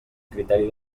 criteri